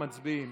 מצביעים.